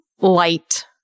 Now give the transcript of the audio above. light